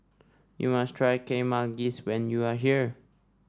you must try Kuih Manggis when you are here